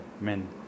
men